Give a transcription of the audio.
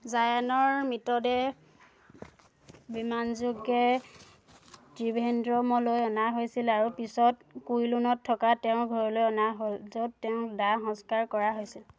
জায়ানৰ মৃতদেহ বিমানযোগে ত্ৰিভেন্দ্ৰমলৈ অনা হৈছিল আৰু পিছত কুইলোনত থকা তেওঁৰ ঘৰলৈ অনা হ'ল য'ত তেওঁক দাহ সংস্কাৰ কৰা হৈছিল